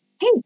hey